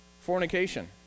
fornication